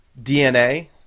DNA